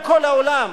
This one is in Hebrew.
בואו נדבר על כל העולם.